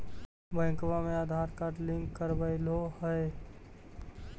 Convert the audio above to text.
बैंकवा मे Aadhaar card link करवैलहो है?